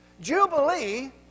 Jubilee